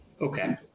okay